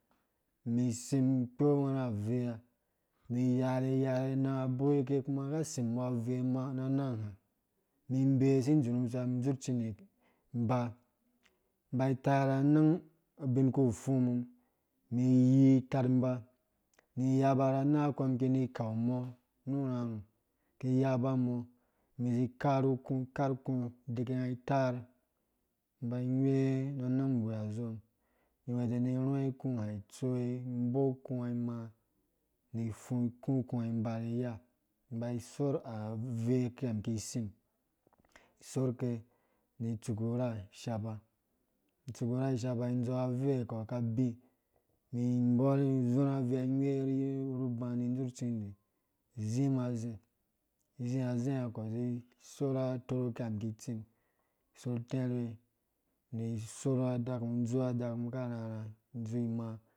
Mĩ sĩm kpo ngwɛna avee ngã mĩ vĩ yarhe yarhe nangã buwuke kuma ka sim kubo avee mãã nã nangã ha mĩ mbei sĩ ndzurh mum suwa mĩ dzurh tsĩndĩ ĩba, iba itai ra nãng bin kũ fũ mum mĩ yii tarhimba yaba na nangã ko mĩ kinĩ ku mɔ ki yaba mɔ mĩĩ zĩ karhũ kũũ karh kũũ idiku ngã itarr ngwe ra nãng ambui azom nwedzen ni rɔi kũha tsoi iboi kũhã imãã nĩ fũ kũ kũhã iba niya imba isorh avee kiya ki sĩm sorke nĩ tsukutha ishaba tsukurha ishaba nĩ dzɔu avee ha kɔ ka ibĩ mĩ bɔrhe ĩzũrhã avee igwee ru-ru- bã nĩ dzurh tsĩndĩ zĩ mã zɛ zĩ azɛ hã na kɔ izĩ sorh atorho kiya mĩki tsĩm sorh tɛrhe nĩ sorh ada-kum dzu adakum ka rhɛrhã idzu ĩmãã